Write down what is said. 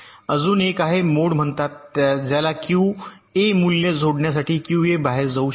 अजून एक आहे मोड म्हणतात ज्याला क्यूए मूल्य सोडण्यासाठी क्यूए बाहेर जाऊ शकते